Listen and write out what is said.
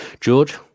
George